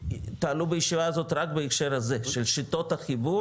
תעלו בישיבה הזאת, רק בהקשר הזה, של שיטות החיבור